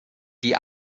die